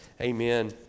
Amen